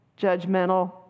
judgmental